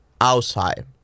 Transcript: outside